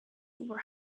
were